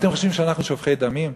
אתם חושבים שאנחנו שופכי דמים?